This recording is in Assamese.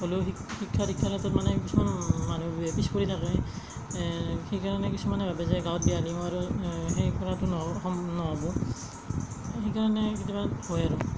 হ'লেও শিক্ষা শিক্ষা দীক্ষাৰ ক্ষেত্ৰত মানে কিছুমান মানুহ পিছ পৰি থাকে সেইকাৰণে কিছুমানে ভাবে যে গাঁৱত বিয়া দিম আৰু সেই কৰাতো নহ'ব সম নহ'ব সেইকাৰণে কেতিয়াবা হয় আৰু